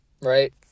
right